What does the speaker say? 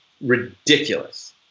ridiculous